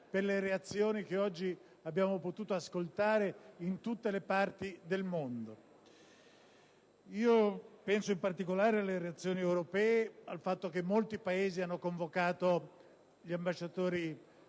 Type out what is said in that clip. per le reazioni che oggi abbiamo potuto ascoltare in tutte le parti del mondo. Penso, in particolare, alle reazioni europee, al fatto che molti Paesi hanno convocato gli ambasciatori dello